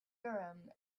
urim